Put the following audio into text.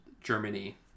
Germany